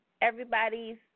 everybody's